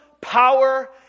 power